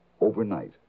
overnight